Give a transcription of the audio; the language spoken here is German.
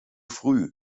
früh